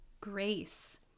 grace